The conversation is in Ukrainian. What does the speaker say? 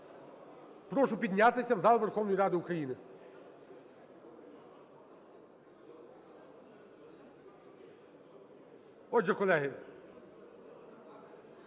Прошу піднятися в зал Верховної Ради України.